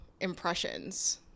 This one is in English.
impressions